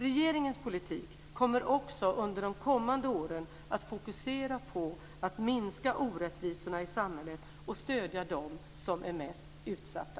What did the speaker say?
Regeringens politik kommer också under de kommande åren att fokusera på att minska orättvisorna i samhället och stödja dem som är mest utsatta.